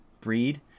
Breed